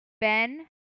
Ben